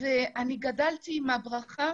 ואני גדלתי עם הברכה